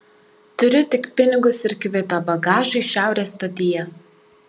turiu tik pinigus ir kvitą bagažui šiaurės stotyje